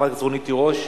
חברת הכנסת רונית תירוש?